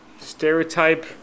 stereotype